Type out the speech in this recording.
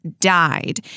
died